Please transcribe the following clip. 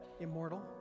immortal